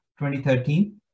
2013